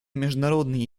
международные